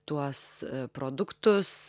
tuos produktus